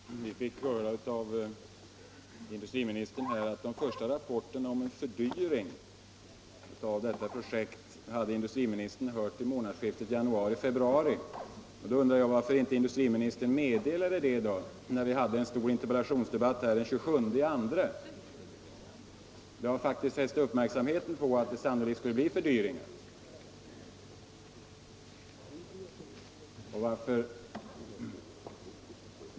Fru talman! Vi fick nyss höra av industriministern att han fick de första rapporterna om en fördyring av detta projekt i månadsskiftet januari-februari. Då undrar jag varför inte industriministern meddelade detta vid den stora interpellationsdebatten vi hade den 27 februari. Jag fäste då uppmärksamheten på att det sannolikt skulle bli fördyringar.